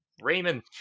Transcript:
Raymond